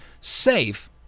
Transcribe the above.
safe